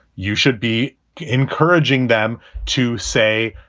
you should be encouraging them to say,